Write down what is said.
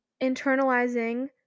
internalizing